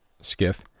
skiff